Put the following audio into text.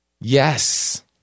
Yes